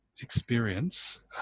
experience